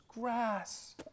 grass